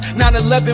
9-11